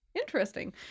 Interesting